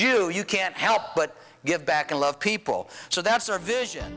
you you can't help but give back and love people so that's a vision